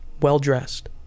well-dressed